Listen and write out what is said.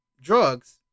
drugs